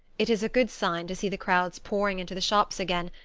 it is a good sign to see the crowds pouring into the shops again,